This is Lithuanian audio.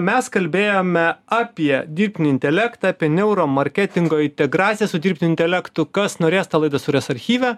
mes kalbėjome apie dirbtinį intelektą apie neuro marketingo integraciją su dirbtiniu intelektu kas norės tą laidą suras archyve